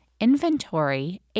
inventory